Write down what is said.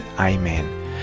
Amen